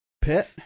Pit